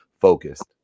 focused